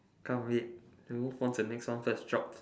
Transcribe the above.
can't wait let's move on to next one first jobs